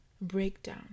breakdown